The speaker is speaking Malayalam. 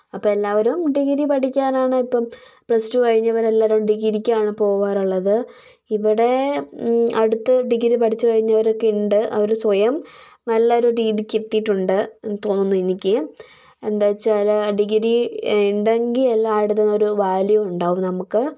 അപ്പം എല്ലാവരും ഡിഗ്രി പഠിക്കാനാണ് ഇപ്പം പ്ലസ്ടു കഴിഞ്ഞവരെല്ലാരും ഡിഗ്രിയ്ക്കാണ് പോവാറുള്ളത് ഇവിടേ അടുത്ത് ഡിഗ്രി പഠിച്ച് കഴിഞ്ഞവരൊക്കെ ഉണ്ട് അവര് സ്വയം നല്ലൊരു രീതിക്ക് എത്തിയിട്ടുണ്ട് എന്ന് തോന്നുന്നു എനിക്ക് എന്താച്ചാല് ഡിഗ്രി ഉണ്ടെങ്കിൽ എല്ലായിടത്തും ഒരു വാല്യൂ ഉണ്ടാവും നമുക്ക്